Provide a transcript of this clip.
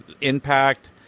impact